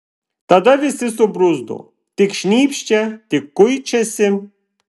tada visi subruzdo tik šnypščia tik kuičiasi